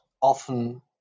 often